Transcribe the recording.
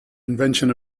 invention